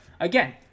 again